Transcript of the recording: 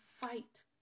fight